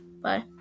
bye